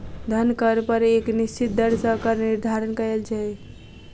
धन कर पर एक निश्चित दर सॅ कर निर्धारण कयल छै